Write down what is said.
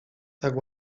tak